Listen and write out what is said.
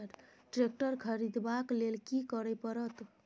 Tractor खरीदबाक लेल की करय परत?